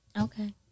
okay